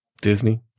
Disney